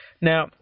Now